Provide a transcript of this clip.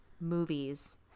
movies